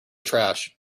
trash